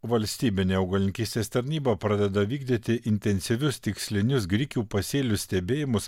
valstybinė augalininkystės tarnyba pradeda vykdyti intensyvius tikslinius grikių pasėlių stebėjimus